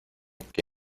que